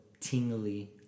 tingly